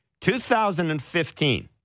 2015